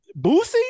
boosie